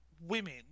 women